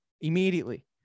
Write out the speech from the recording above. immediately